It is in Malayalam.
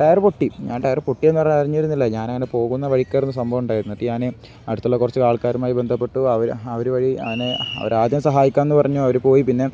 ടയര് പൊട്ടി ഞാൻ ടയര് പൊട്ടി എന്നു പറഞ്ഞാല് അറിഞ്ഞിരുന്നില്ല ഞാനങ്ങനെ പോകുന്ന വഴിക്കായിരുന്നു സംഭവം ഉണ്ടായത് എന്നിട്ടു ഞാന് അടുത്തുള്ള കുറച്ച് ആൾക്കാരുമായി ബന്ധപ്പെട്ടു അവര് അവര് വഴി അങ്ങനെ അവര് ആദ്യം സഹായിക്കാമെന്നു പറഞ്ഞു അവര് പോയി പിന്നെ